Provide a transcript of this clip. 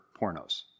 pornos